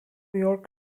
york